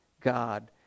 god